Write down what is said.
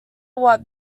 what